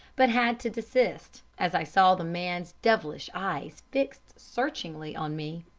but had to desist, as i saw the man's devilish eyes fixed searchingly on me.